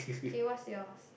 okay what is yours